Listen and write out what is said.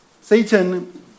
Satan